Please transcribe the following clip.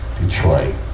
Detroit